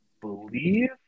believe